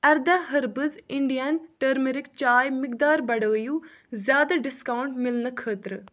اَرداہ ہربٕز Indian turmeric چائے مٮ۪قدار بڈٲیِو زیادٕ ڈِسکاونٛٹ میلنہٕ خٲطرٕ